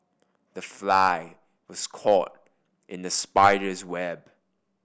the fly was caught in the spider's web